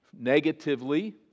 Negatively